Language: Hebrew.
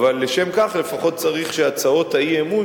אבל לשם כך לפחות צריך שהצעות האי-אמון